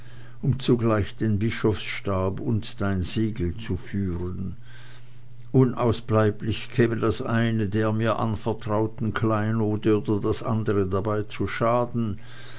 um zugleich den bischofsstab und dein siegel zu führen unausbleiblich käme das eine der mir anvertrauten kleinode oder das andere dabei zu schaden